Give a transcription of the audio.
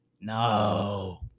No